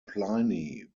pliny